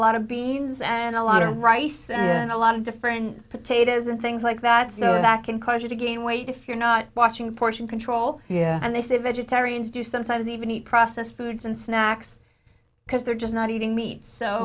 lot of beans and a lot of rice and a lot of different potatoes and things like that so back encourage you to gain weight if you're not watching portion control yeah and they say vegetarians do sometimes even eat processed foods and snacks because they're just not eating meat so